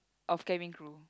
of cabin crew